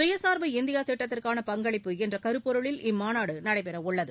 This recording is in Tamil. சுயசார்பு இந்தியாதிட்டத்திற்கான பங்களிப்பு என்றகருப்பொருளில் இம்மாநாடுநடைபெறவுள்ளது